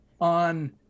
on